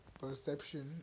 perception